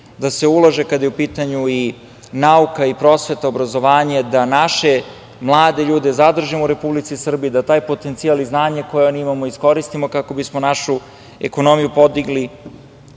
da se ulaže kada je u pitanju nauka, prosveta, obrazovanje, da naše mlade ljude zadržimo u Republici Srbiji, da taj potencijal i znanje koje oni imaju iskoristimo kako bismo našu ekonomiju podigli. Sami